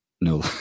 No